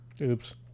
Oops